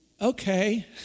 Okay